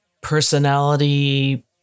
personality